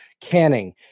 canning